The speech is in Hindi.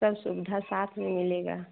सब सुविधा साथ में मिलेगी